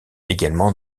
également